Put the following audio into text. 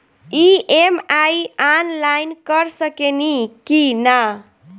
EMI online कर सकेनी की ना?